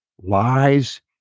lies